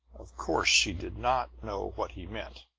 of course, she did not know what he meant.